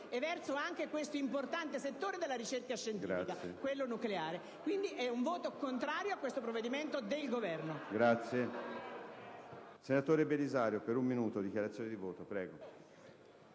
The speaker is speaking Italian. e verso anche questo importante settore della ricerca scientifica, quello nucleare. Il mio è pertanto un voto contrario a questo emendamento del Governo.